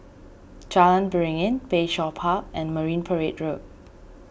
Jalan Beringin Bayshore Park and Marine Parade Road